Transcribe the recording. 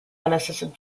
unassisted